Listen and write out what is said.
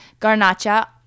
garnacha